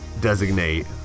designate